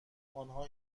آنها